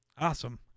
Awesome